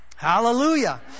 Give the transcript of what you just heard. hallelujah